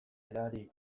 erarik